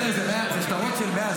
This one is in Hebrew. אלו שטרות של 100,